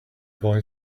boy